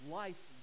life